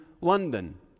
London